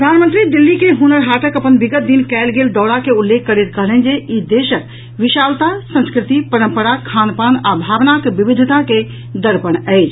प्रधानमंत्री दिल्ली के हुनर हाटक अपन विगत दिन कयल गेल दौरा के उल्लेख करैत कहलनि जे ई देशक विशालता संस्कृति परंपरा खानपान आ भावनाक विविधता के दर्पण अछि